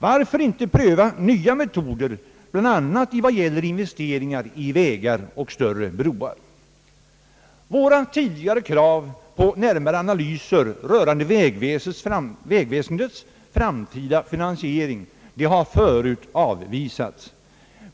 Varför inte pröva nya metoder bl.a. i vad gäller investeringar i vägar och större broar? Våra tidigare krav på närmare analyser rörande vägväsendets framtida finansiering har förut avvisats.